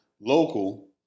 local